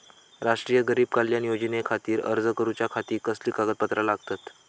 राष्ट्रीय गरीब कल्याण योजनेखातीर अर्ज करूच्या खाती कसली कागदपत्रा लागतत?